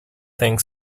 thing